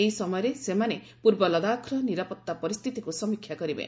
ଏହି ସମୟରେ ସେମାନେ ପୂର୍ବ ଲଦାଖର ନିରାପତ୍ତା ପରିସ୍ଥିତିକୁ ସମୀକ୍ଷା କରିବେ